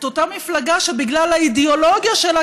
אותה מפלגה שבגלל האידיאולוגיה שלה,